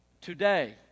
today